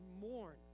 mourn